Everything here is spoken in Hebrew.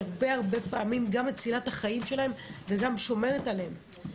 הרבה מאוד פעמים גם מצילה את החיים שלהם וגם שומרת עליהם.